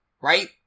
right